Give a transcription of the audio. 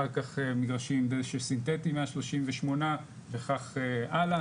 אחר-כך 138 מגרשים עם דשא סינטטי וכך הלאה.